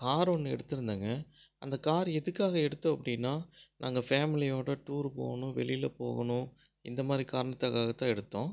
car ஒன்று எடுத்திருந்தேங்க அந்த கார் எதுக்காக எடுத்தோம் அப்படின்னால் நாங்கள் ஃபேமிலியோடு டூர் போகணும் வெளியில் போகணும் இந்த மாதிரி காரணத்துக்காக தான் எடுத்தோம்